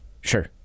Sure